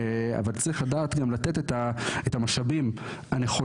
אבל צריך לדעת גם לתת את המשאבים הנכונים,